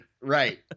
Right